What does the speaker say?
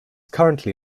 currently